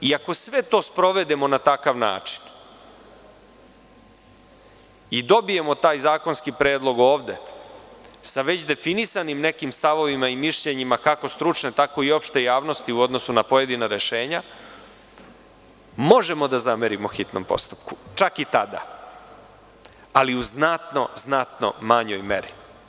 Ako sve to sprovedemo na takav način i dobijemo taj zakonski predlog ovde sa već definisanim stavovima i mišljenjima, kako stručne tako i opšte javnosti u odnosu na pojedina rešenja, možemo da zamerimo hitnom postupku, čak i tada, ali u znatno manjoj meri.